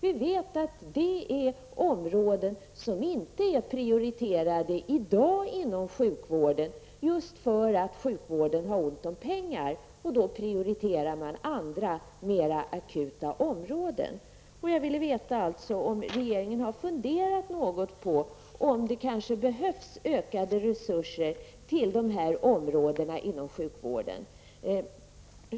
Vi vet att dessa områden inte prioriteras i dag inom sjukvården just för att sjukvården har ont om pengar och därför prioriterar andra mera akuta områden. Jag vill alltså veta om regeringen har funderat något på om det kanske behövs ökade resurser till dessa områden inom sjukvården.